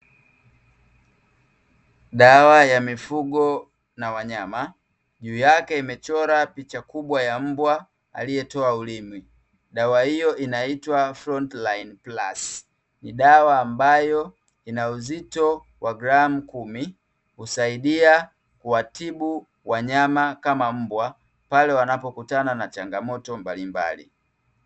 Dawa ya mifugo na wanyama, juu yake imechora picha kubwa ya mbwa, aliyetoa ulimi. Dawa hiyo inaitwa "front line plus". Ni dawa ambayo ina uzito wa gramu kumi, husaidia kuwatibu wanyama kama mbwa, pale wanapokutana na changamoto mbalimbali.